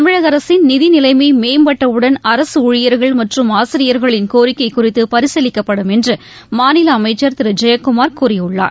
தமிழக அரசின் நிதி நிலைமை மேம்பட்டவுடன் அரசு ஊழியர்கள் மற்றும் ஆசிரியர்களின் கோரிக்கை குறித்து பரிசீலிக்கப்படும் என்று மாநில அமைச்சர் திரு ஜெயக்குமார் கூறியுள்ளார்